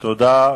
הצעת